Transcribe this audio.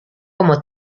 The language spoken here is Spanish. como